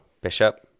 Bishop